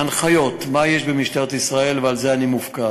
ההנחיות מה יש במשטרת ישראל, ועל זה אני מופקד: